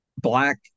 black